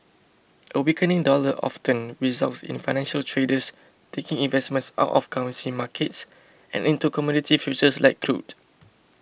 a weakening dollar often results in financial traders taking investments out of currency markets and into commodity futures like crude